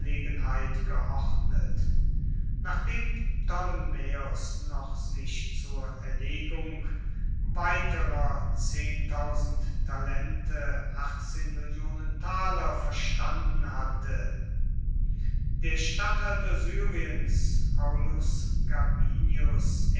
geordnet nachdem ptolemaeos noch sich zur erlegung weiterer talente verstanden hatte der statthalter syriens aulus gabinius